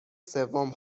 سوم